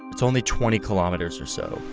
it's only twenty kilometers or so.